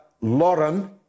Lauren